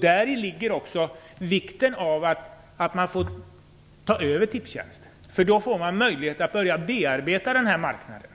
Däri ligger också vikten av att man får ta över Tipstjänst, för då får man möjlighet att börja bearbeta den här marknaden.